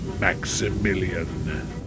Maximilian